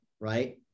right